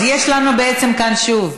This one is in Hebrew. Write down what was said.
אז, בעצם, שוב,